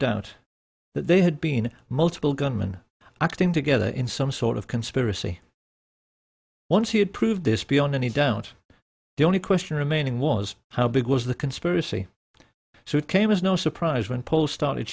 doubt that they had been multiple gunmen acting together in some sort of conspiracy once you prove this beyond any doubt the only question remaining was how big was the conspiracy so it came as no surprise when polls started